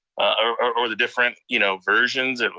or the different you know versions, and